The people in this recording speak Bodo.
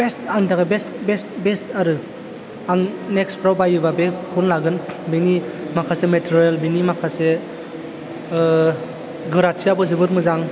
बेस्ट आंनि थाखाय बेस्ट बेस्ट बेस्ट आरो आं नेक्सफ्राव बायोबा बेखौनो लागोन बिनि माखासे मेट्रेल बिनि माखासे गोराथियाबो जोबोर मोजां